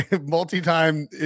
multi-time